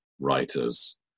writers